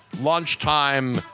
lunchtime